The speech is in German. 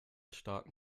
staaten